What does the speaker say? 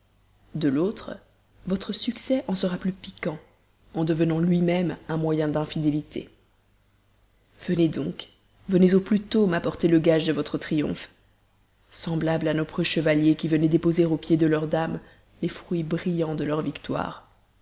de l'autre votre succès en sera plus piquant en devenant lui-même un moyen d'infidélité venez donc venez au plus tôt m'apporter le gage de votre triomphe semblable à nos preux chevaliers qui venaient déposer aux pieds de leur dame les fruits brillants de leur victoire